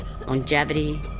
longevity